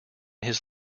his